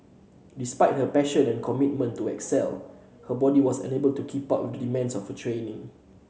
despite her passion and commitment to excel her body was unable to keep up with the demands of her training